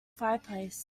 fireplace